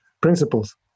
principles